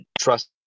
trust